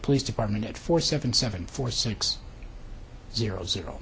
police department at four seven seven four six zero zero